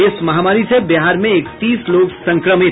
इस महामारी से बिहार में इकतीस लोग संक्रमित